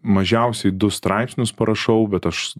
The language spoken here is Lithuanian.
mažiausiai du straipsnius parašau bet aš